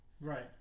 right